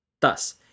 Thus